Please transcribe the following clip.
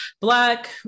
Black